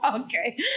okay